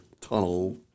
Tunnel